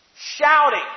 Shouting